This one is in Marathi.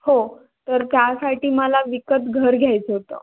हो तर त्यासाठी मला विकत घर घ्यायचं होतं